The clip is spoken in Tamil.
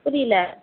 புரியல